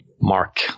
mark